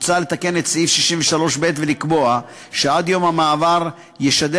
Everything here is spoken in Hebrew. מוצע לתקן את סעיף 63(ב) ולקבוע שעד יום המעבר ישדר